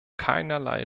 keinerlei